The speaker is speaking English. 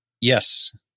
Yes